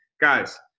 Guys